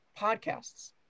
Podcasts